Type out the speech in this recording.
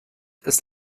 ist